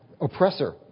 oppressor